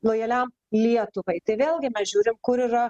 lojaliam lietuvai tai vėlgi mes žiūrim kur yra